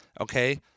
okay